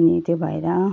अनि त्यही भएर